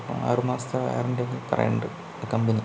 ആറുമാസത്തെ വാറന്റിയൊക്കെ പറയുന്നുണ്ട് കമ്പനി